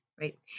right